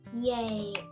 Yay